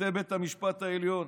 שופטי בית המשפט העליון.